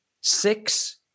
six